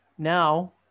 now